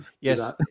yes